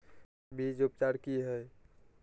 बीज उपचार कि हैय?